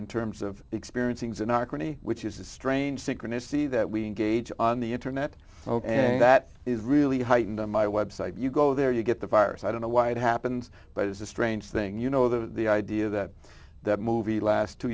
in terms of experience things in our county which is a strange synchronicity that we engage on the internet and that is really heightened my website you go there you get the virus i don't know why it happens but it's a strange thing you know the idea that that movie last two